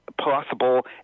possible